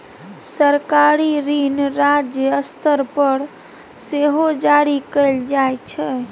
सरकारी ऋण राज्य स्तर पर सेहो जारी कएल जाइ छै